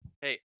Hey